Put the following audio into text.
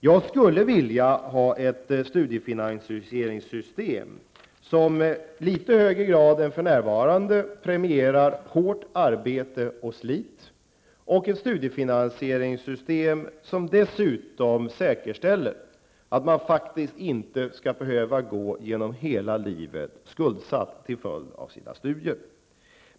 Jag skulle vilja ha ett studiefinansieringssystem där man i litet högre grad än för närvarande premierar hårt arbete och slit, ett studiefinansieringssystem som dessutom säkerställer att man faktiskt inte skall behöva gå genom hela livet skuldsatt till följd av sina studier.